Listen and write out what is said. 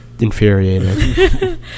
infuriated